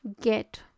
get